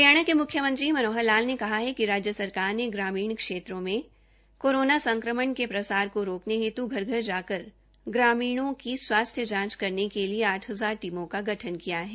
हरियाणा के मुख्यमंत्री मनोहर लान ने कहा है कि राज्य सरकार ने ग्रामीण क्षेत्र में कोरोना संक्रमण के प्रसार को रोकने हेतु घर घर जाकर ग्रामीणों की स्वास्थ्य जांच करने के लिए आठ जार टीमों का गठन किया है